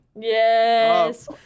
Yes